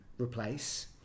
replace